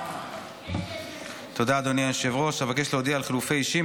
בקריאה ראשונה ותחזור לוועדת החוקה,